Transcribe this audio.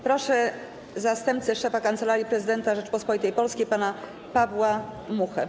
Proszę zastępcę szefa Kancelarii Prezydenta Rzeczypospolitej Polskiej pana Pawła Muchę.